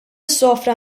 sofra